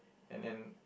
and then